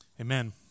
Amen